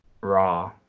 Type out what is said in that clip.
raw